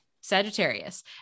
Sagittarius